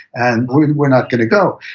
and we were not going to go.